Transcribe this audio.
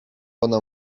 ona